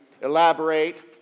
elaborate